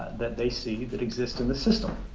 that they see that exist in the system.